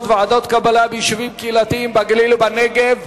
(ועדות קבלה ביישובים קהילתיים בגליל ובנגב),